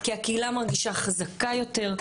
כי הקהילה מרגישה חזקה יותר,